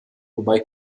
wobei